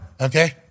Okay